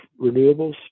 renewables